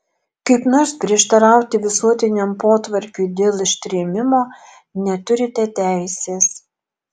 kaip nors prieštarauti visuotiniam potvarkiui dėl ištrėmimo neturite teisės